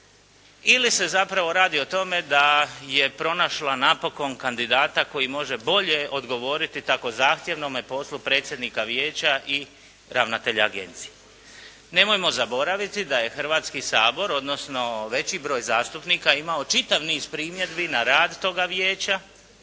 ili se zapravo radi o tome da je pronašla napokon kandidata koji može bolje odgovoriti tako zahtjevnome poslu predsjednika Vijeća ili ravnatelja Agencije. Nemojmo zaboraviti da je Hrvatski sabor, odnosno veći broj zastupnika imao čitav niz primjedbi na rad toga Vijeća,